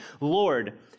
Lord